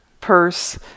purse